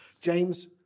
James